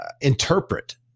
interpret